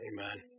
Amen